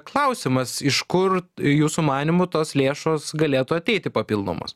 klausimasiš kur jūsų manymu tos lėšos galėtų ateiti papildomos